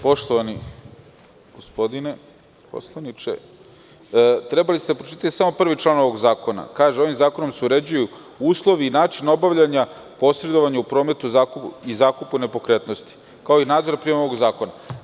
Poštovani gospodine poslaniče, trebali ste da pročitate samo prvi član ovog zakona, koji kaže – ovim zakonom se uređuju uslovi i način obavljanja posredovanja u prometu i zakupu nepokretnosti, kao i nadzor nad primenom ovog zakona.